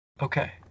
okay